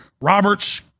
Roberts